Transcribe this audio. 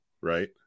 right